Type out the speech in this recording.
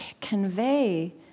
convey